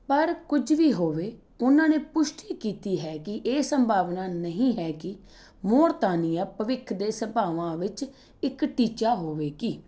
ਪਰ ਕੁਝ ਵੀ ਹੋਵੇ ਉਹਨਾਂ ਨੇ ਪੁਸ਼ਟੀ ਕੀਤੀ ਹੈ ਕਿ ਇਹ ਸੰਭਾਵਨਾ ਨਹੀਂ ਹੈ ਕਿ ਮੌਰਤਾਨੀਆ ਭਵਿੱਖ ਦੇ ਸਭਾਵਾਂ ਵਿੱਚ ਇੱਕ ਟੀਚਾ ਹੋਵੇਗੀ